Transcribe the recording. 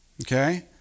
Okay